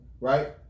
Right